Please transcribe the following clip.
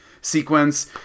sequence